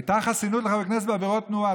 הייתה חסינות לחברי כנסת בעבירות תנועה.